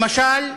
למשל,